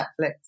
netflix